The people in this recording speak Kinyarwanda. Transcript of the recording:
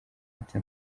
ati